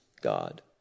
God